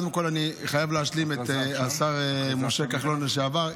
קודם כול אני חייב להשלים את השר משה כחלון לשעבר,